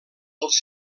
dels